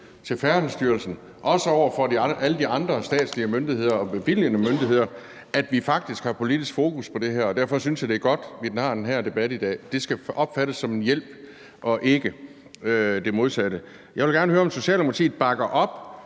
til Færdselsstyrelsen, også over for alle de andre statslige myndigheder og bevilgende myndigheder, at vi faktisk har politisk fokus på det her, og derfor synes jeg, det er godt, at vi har den her debat i dag. Det skal opfattes som en hjælp og ikke det modsatte. Jeg vil gerne høre, om Socialdemokratiet bakker op